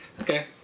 Okay